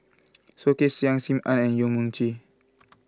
Soh Kay Siang Sim Ann Yong Mun Chee